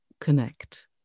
connect